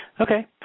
Okay